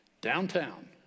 downtown